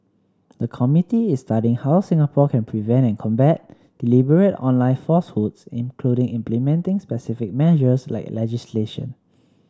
the committee is studying how Singapore can prevent and combat deliberate online falsehoods including implementing specific measures like legislation